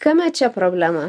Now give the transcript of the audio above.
kame čia problema